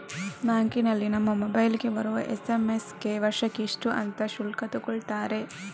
ಬ್ಯಾಂಕಿನಲ್ಲಿ ನಮ್ಮ ಮೊಬೈಲಿಗೆ ಬರುವ ಎಸ್.ಎಂ.ಎಸ್ ಗೆ ವರ್ಷಕ್ಕೆ ಇಷ್ಟು ಅಂತ ಶುಲ್ಕ ತಗೊಳ್ತಾರೆ